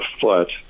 foot